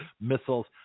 missiles